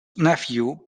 nephew